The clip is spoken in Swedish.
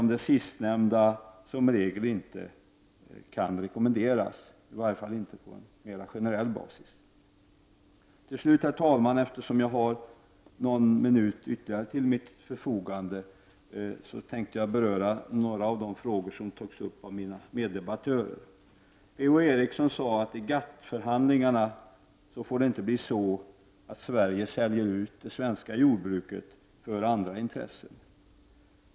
Det sistnämnda kan visserligen som regel inte rekommenderas, i varje fall inte på en mera generell bas. Slutligen skall jag beröra några av de frågor som togs upp av mina meddebattörer. Per-Ola Eriksson sade att det i GATT-förhandlingarna inte får bli så att Sveriges säljer ut det svenska jordbruket för andra intressen.